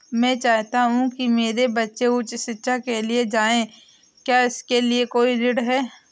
मैं चाहता हूँ कि मेरे बच्चे उच्च शिक्षा के लिए जाएं क्या इसके लिए कोई ऋण है?